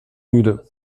müde